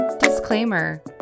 Disclaimer